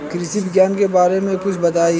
कृषि विज्ञान के बारे में कुछ बताई